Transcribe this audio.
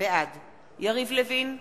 בעד יריב לוין,